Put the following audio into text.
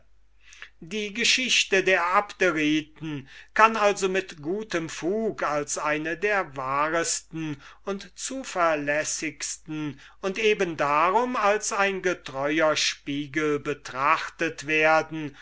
die geschichte der abderiten kann also mit gutem grunde als eine der wahresten und zuverlässigsten und eben darum als ein getreuer spiegel betrachtet werden